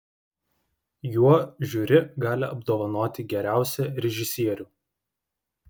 juo žiuri gali apdovanoti geriausią režisierių